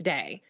Day